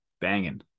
Banging